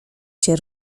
się